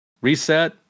reset